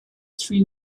three